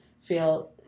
feel